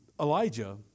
Elijah